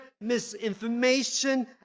misinformation